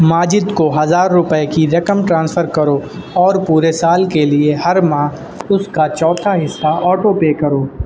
ماجد کو ہزار روپے کی رقم ٹرانسفر کرو اور پورے سال کے لیے ہر ماہ اس کا چوتھا حصہ آٹو پے کرو